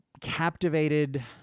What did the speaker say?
captivated